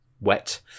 wet